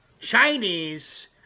Chinese